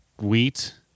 wheat